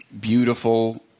beautiful